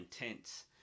intense